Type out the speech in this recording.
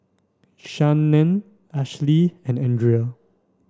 Shannen Ashli and Andrea